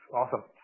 awesome